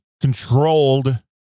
controlled